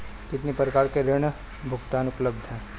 कितनी प्रकार के ऋण भुगतान उपलब्ध हैं?